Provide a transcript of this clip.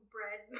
Bread